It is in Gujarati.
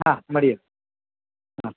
હા મળીએ હા